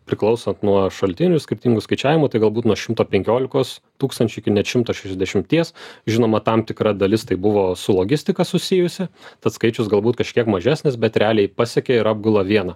priklausant nuo šaltinių skirtingų skaičiavimų tai galbūt nuo šimto penkiolikos tūkstančių iki net šimto šešiasdešimties žinoma tam tikra dalis tai buvo su logistika susijusi tad skaičius galbūt kažkiek mažesnis bet realiai pasekia ir apgula vieną